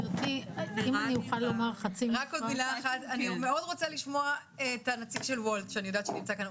אני מאוד רוצה לשמוע את הנציג של וולט שנמצא כאן.